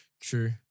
True